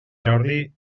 jordi